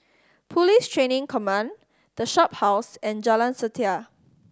Police Training Command The Shophouse and Jalan Setia